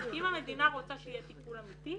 האם המדינה רוצה שיהיה טיפול אמיתי,